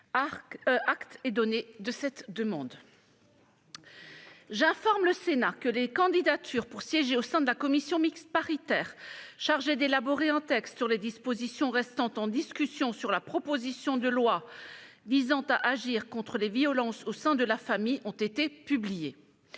Acte est donné de cette demande. C'est raisonnable ! J'informe le Sénat que des candidatures pour siéger au sein de la commission mixte paritaire chargée d'élaborer un texte sur les dispositions restant en discussion de la proposition de loi visant à agir contre les violences au sein de la famille ont été publiées.